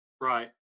Right